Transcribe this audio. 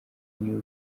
new